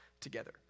together